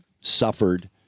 suffered